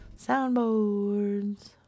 soundboards